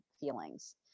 feelings